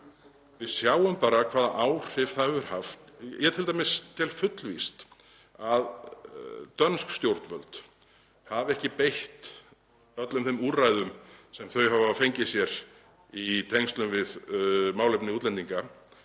við sjáum bara hvaða áhrif það hefur haft. Ég t.d. tel fullvíst að dönsk stjórnvöld hafa ekki beitt öllum þeim úrræðum sem þau hafa fengið sér í tengslum við málefni útlendinga